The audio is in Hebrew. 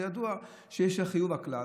זה ידוע שיש חיוב הכלל,